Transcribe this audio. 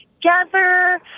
together